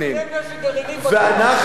נשק גרעיני בטוח.